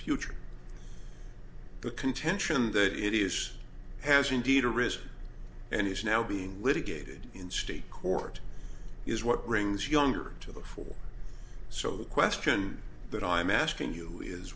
the contention that it is has indeed a risk and is now being litigated in state court is what brings younger to the fore so the question that i'm asking you is